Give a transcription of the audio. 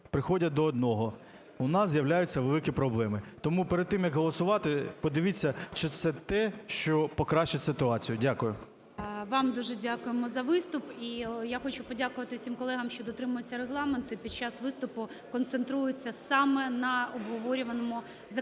приходять до одного – у нас з'являються великі проблеми. Тому перед тим, як голосувати, подивіться, чи це те, що покращить ситуацію. Дякую. ГОЛОВУЮЧИЙ. Вам дуже дякуємо за виступ. І я хочу подякувати всім колегам, що дотримуються регламенту під час виступу, концентруються саме на обговорюваному законопроекті.